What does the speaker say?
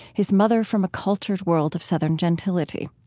his mother from a cultured world of southern gentility.